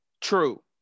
True